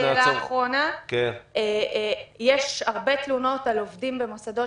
שאלה אחרונה: יש הרבה תלונות על עובדים במוסדות,